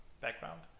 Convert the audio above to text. background